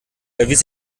erwies